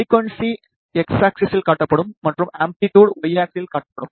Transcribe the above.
frequency X axis யில் காட்டப்படும் மற்றும் அம்பிலிட்டுட் நிலை Y ஆக்ஸிஸ் காட்டப்படும்